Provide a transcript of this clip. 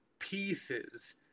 pieces